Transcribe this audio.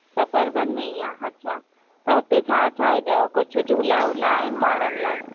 suburban में ई आहे अच्छा त उते छा छा आहे ॿियो कुझु झूला वूला आहिनि ॿारनि लाइ